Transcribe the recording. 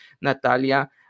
Natalia